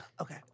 Okay